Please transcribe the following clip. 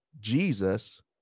Jesus